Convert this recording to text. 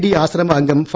D ആശ്രമ അംഗം ഫ